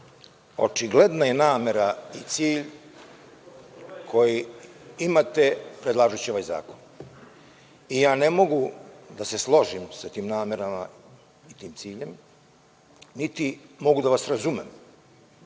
očigledna je i namera i cilj koji imate predlažući ovaj zakon i ne mogu da se složim sa tim namerama i tim ciljem, niti mogu da vas razumem